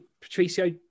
Patricio